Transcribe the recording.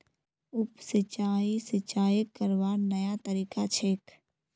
उप सिंचाई, सिंचाई करवार नया तरीका छेक